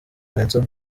vincent